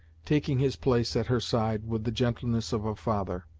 taking his place at her side with the gentleness of a father.